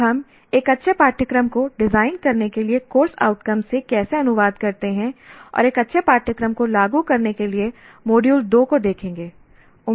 अब हम एक अच्छे पाठ्यक्रम को डिजाइन करने के लिए कोर्स आउटकम्स से कैसे अनुवाद करते हैं और एक अच्छे पाठ्यक्रम को लागू करने के लिए मॉड्यूल 2 को देखेंगे